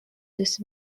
this